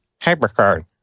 Hypercard